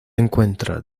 encuentra